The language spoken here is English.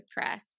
press